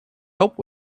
help